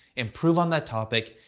improve on that topic,